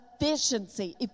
efficiency